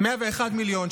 101. 101 מיליון.